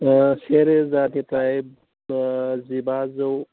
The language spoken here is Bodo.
से रोजानिफ्राय जिबाजौ